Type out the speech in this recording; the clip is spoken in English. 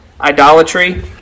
Idolatry